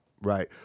right